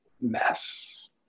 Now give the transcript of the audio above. Mess